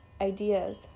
ideas